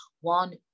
one